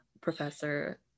professor